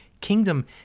kingdom